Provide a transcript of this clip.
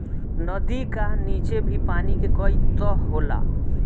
नदी का नीचे भी पानी के कई तह होला